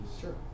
Sure